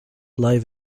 live